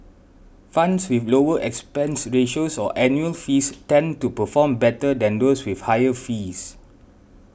funds with lower expense ratios or annual fees tend to perform better than those with higher fees